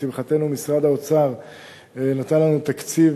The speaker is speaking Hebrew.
לשמחתנו משרד האוצר נתן לנו תקציב